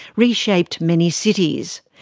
reshaped many cities.